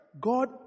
God